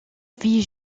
vie